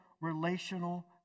relational